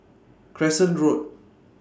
Crescent Road